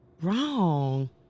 Wrong